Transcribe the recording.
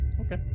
Okay